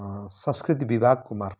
संस्कृति विभागको मार्फत